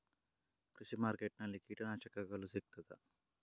ಕೃಷಿಮಾರ್ಕೆಟ್ ನಲ್ಲಿ ಕೀಟನಾಶಕಗಳು ಸಿಗ್ತದಾ?